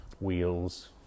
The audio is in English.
Wheels